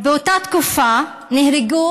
באותה תקופה נהרגו